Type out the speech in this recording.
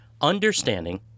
understanding